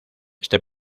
este